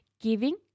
giving